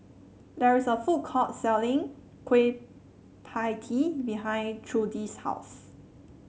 there is a food court selling Kueh Pie Tee behind Trudie's house